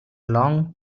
long